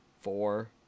four